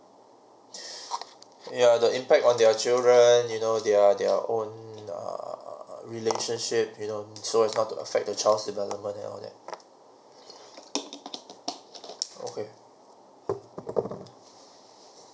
yeah the impact on their children you know their their own err relationship you know so it's not to affect the child development and all that okay